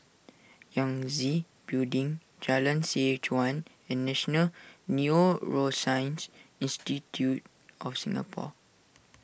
Yangtze Building Jalan Seh Chuan and National Neuroscience Institute of Singapore